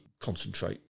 concentrate